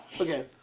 Okay